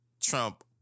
Trump